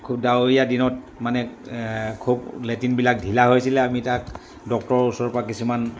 খুব ডাৱৰীয়া দিনত মানে খুব লেটিনবিলাক ঢিলা হৈছিলে আমি তাক ডক্টৰৰ ওচৰৰ পৰা কিছুমান